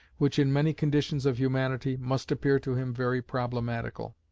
which, in many conditions of humanity, must appear to him very problematical.